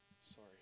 Sorry